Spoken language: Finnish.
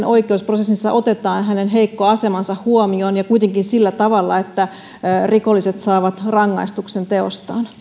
oi keusprosessissa otetaan hänen heikko asemansa huomioon ja kuitenkin sillä tavalla että rikolliset saavat rangaistuksen teostaan